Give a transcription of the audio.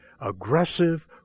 aggressive